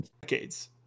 decades